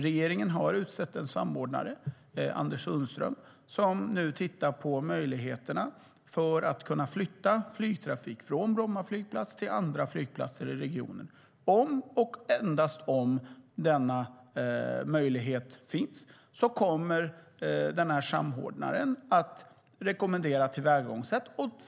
Regeringen har utsett en samordnare, Anders Sundström, som nu tittar på möjligheterna att flytta flygtrafik från Bromma flygplats till andra flygplatser i regionen. Om och endast om denna möjlighet finns kommer samordnaren att rekommendera tillvägagångssätt.